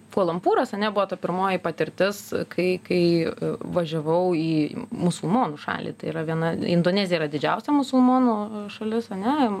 kvalalampūras ane buvo ta pirmoji patirtis kai kai važiavau į musulmonų šalį tai yra viena indonezija yra didžiausia musulmonų šalis ane